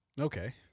okay